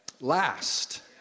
last